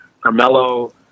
Carmelo